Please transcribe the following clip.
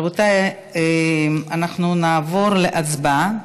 רבותיי, אנחנו נעבור להצבעה.